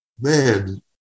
man